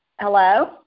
Hello